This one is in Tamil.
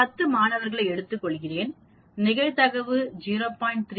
நான் 10 மாணவர்களை எடுத்துக்கொள்கிறேன் நிகழ்தகவு 0